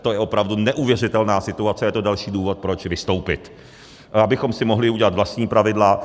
To je opravdu neuvěřitelná situace a je to další důvod, proč vystoupit, abychom si mohli udělat vlastní pravidla.